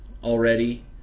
Already